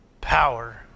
power